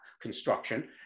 construction